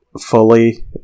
fully